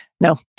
no